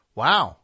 wow